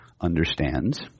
understands